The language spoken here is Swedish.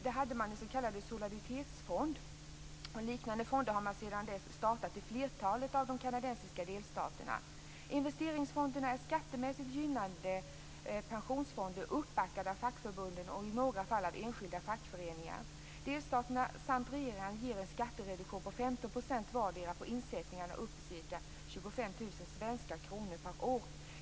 Där hade man en s.k. solidaritetsfond, och liknande fonder har man sedan dess startat i flertalet av de kanadensiska delstaterna. Investeringsfonderna är skattemässigt gynnade pensionsfonder uppbackade av fackförbunden och i några fall av enskilda fackföreningar. Delstaterna samt regeringen ger en skattereduktion på 15 % vardera på insättningar upp till ca 25 000 svenska kronor per år.